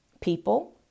people